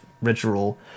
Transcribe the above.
ritual